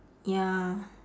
ya